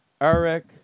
Eric